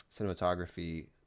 cinematography